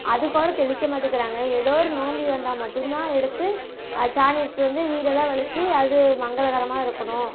அதுக்கோட தெளிக்க மாட்டுக்கிறாங்க ஏதோ ஒரு நோம்பி வந்தால் மட்டும்தான் எடுத்து சாணி எடுத்துகிட்டு வந்து வீடெல்லாம் வழுச்சு அது மங்களகரமாக இருக்கணும்